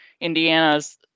Indiana's